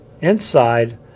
inside